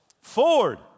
Ford